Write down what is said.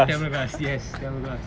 tamil class yes tamil class